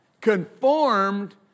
Conformed